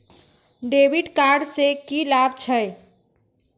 डेविट कार्ड से की लाभ छै?